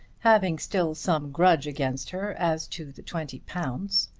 having still some grudge against her as to the twenty pounds.